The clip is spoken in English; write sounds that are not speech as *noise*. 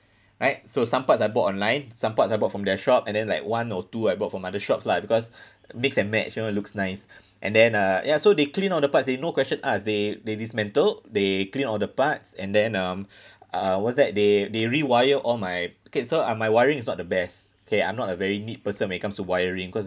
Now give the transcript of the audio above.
right so some parts I bought online some parts I bought from their shop and then like one or two I bought from other shop lah because *breath* mix and match you know looks nice *breath* and then uh ya so they clean all the parts they no question asked they they dismantled they clean all the parts and then um *breath* uh what's that they they rewire all my okay so uh my wiring is not the best okay I'm not a very neat person when it comes to wiring cause